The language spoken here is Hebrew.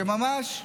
ממש,